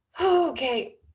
Okay